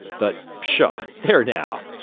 but pshaw, there now!